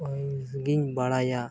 ᱢᱚᱡᱽ ᱜᱤᱧ ᱵᱟᱲᱟᱭᱟ